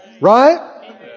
Right